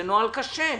זה נוהל קשה.